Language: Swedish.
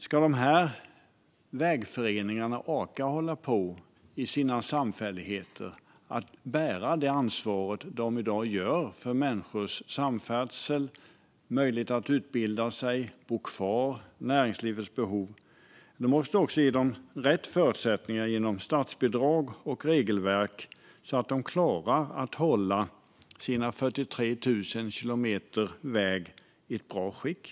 Om dessa vägföreningar i sina samfälligheter ska orka bära det ansvar de i dag bär för människors samfärdsel och möjligheter att utbilda sig och bo kvar och för näringslivets behov måste vi ge dem rätt förutsättningar genom statsbidrag och regelverk så att de klarar att hålla sina 43 000 kilometer väg i ett bra skick.